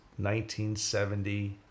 1970